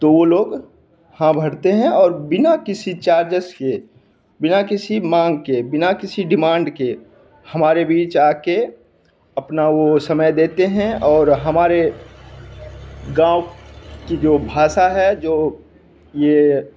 तो वो लोग हाँ भरते हैं और बिना किसी चार्जेस के बिना किसी मांग के बिना किसी डिमांड के हमारे बीच आके अपना वो समय देते हैं और हमारे गाँव की जो भाषा है जो ये